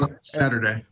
Saturday